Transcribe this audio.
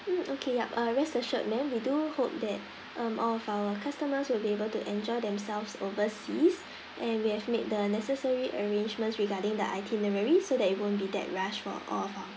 mm okay yup uh rest assured ma'am we do hope that um all of our customers will be able to enjoy themselves overseas and we have made the necessary arrangements regarding the itinerary so that it won't be that rush for all of our